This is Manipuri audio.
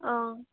ꯑꯥ